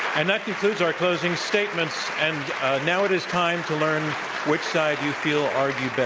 and that concludes our closing statements. and now it is time to learn which side you feel argued